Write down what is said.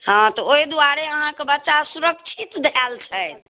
हँ तऽ ओहि दुआरे अहाँके बच्चा सुरक्षित धएल छथि